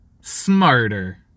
smarter